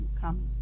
Come